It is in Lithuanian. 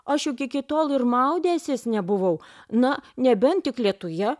aš juk iki tol ir maudęsis nebuvau na nebent tik lietuje